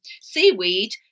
Seaweed